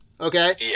Okay